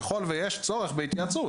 ככל שיש צורך בהתייעצות.